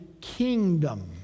kingdom